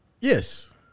Yes